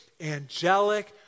angelic